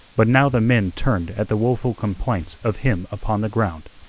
but now the men turned at the woeful complaints of him upon the ground.